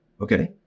okay